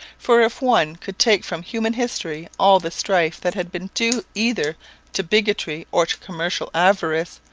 for if one could take from human history all the strife that has been due either to bigotry or to commercial avarice,